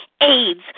AIDS